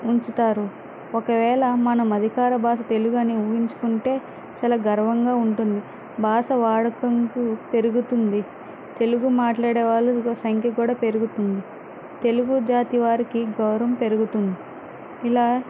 ఉంచుతారు ఒకవేళ మనం అధికార భాష తెలుగు అని ఊహించుకుంటే చాలా గర్వంగా ఉంటుంది భాష వాడకంకు పెరుగుతుంది తెలుగు మాట్లాడే వాళ్ళ సంఖ్య కూడా పెరుగుతుంది తెలుగుజాతి వారికి గౌరవం పెరుగుతుంది ఇలా